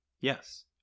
Yes